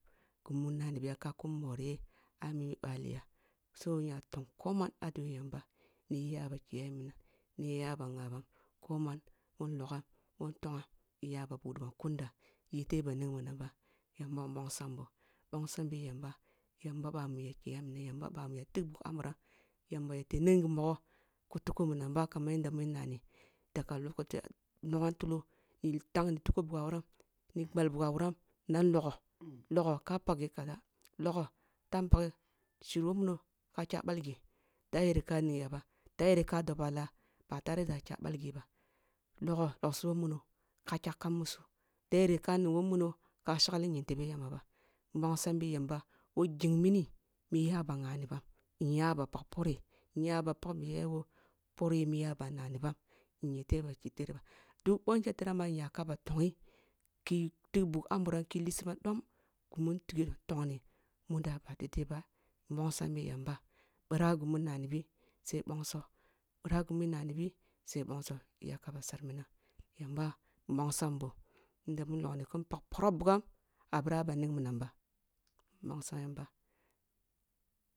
Ghi mun nna na biya ka kum moriye ah mi ъah li yah so nya tong ko manah mi bah li yah so nya tong ko man ah duwe yamba ni yi lib a kiya yi minan koman boh logham bo ntongham ni yi ya ba budi ban kunda iyete ba ning minam ba yamba nbingham nbongram boh yamba yamba bama yamba bamu ya tiig bug ah uram yamba yete ning ghi mugho ko tuku minamba kman yanda mun nani daga lokache nongha two tuku bugha wuran gbal bugha wuram nan logho logho ka pag ghi kaza loho time paghe shir yi woh muno ka kya ъar ghi da ya ka ning ya ba da yero ka doba la ba fare da akya ъalghi kam ba logho loga woh muno ka kya kam musu da yere ka ning woh muno ka shagli ying tebe yamba ba nbonsam bi yamba woh shing mini mi iya ba ngha ni bam nya ba pak poroh nya ъa pag biyaya mu preh i iya ba nani bam duk inya ka ba tonghi ki tig bugh ah muram ki lisi bam dom ghi m tig ntongn muda ba da dai ba nbongsam bi yambo ъira ghimon na ni bi sai bongso ъira ghimun na ni bi sai bongso iya ka ba sar minam yamba nbongsan boh yand mun logho kin pagna poroh bugham ah ъira ba ning minam ba pbongsam yamba.